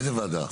איזה ועדה?